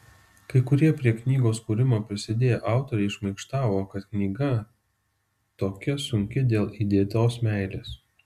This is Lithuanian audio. kai kurie prie knygos kūrimo prisidėję autoriai šmaikštavo kad knyga tokia sunki dėl įdėtos meilės